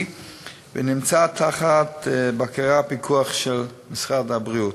ונמצא תחת בקרה ופיקוח של משרד הבריאות.